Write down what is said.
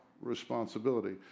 responsibility